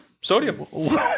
Sodium